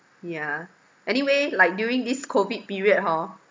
yeah anyway like during this COVID period hor